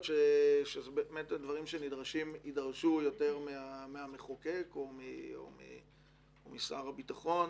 שהדברים שנדרשים יידרשו יותר מהמחוקק או משר הביטחון.